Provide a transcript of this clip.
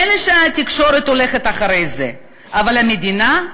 מילא שהתקשורת הולכת אחרי זה, אבל המדינה?